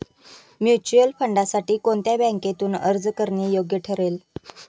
Mutual फंडांसाठी कोणत्या बँकेतून अर्ज करणे योग्य ठरेल?